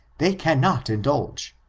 they cannot indulge,